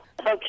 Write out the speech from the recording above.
Okay